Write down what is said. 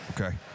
Okay